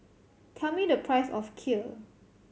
tell me the price of Kheer